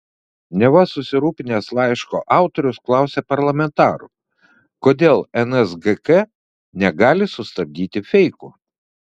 neva susirūpinęs laiško autorius klausė parlamentarų kodėl nsgk negali sustabdyti feikų